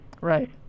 Right